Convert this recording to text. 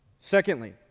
Secondly